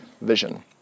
vision